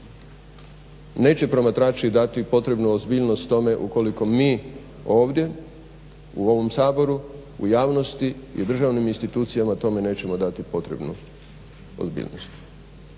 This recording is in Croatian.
Neće promatrači dati potrebnu ozbiljnost tome ukoliko mi ovdje u ovom Saboru, u javnosti i državnim institucijama tome nećemo dati potrebnu ozbiljnost.